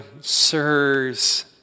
Sirs